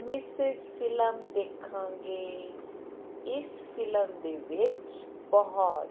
Mrs film ਦੇਖਾਂਗੇ ਇਸ film ਦੇ ਵਿੱਚ ਬਹੁਤ